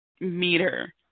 meter